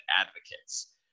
advocates